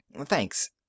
Thanks